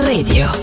Radio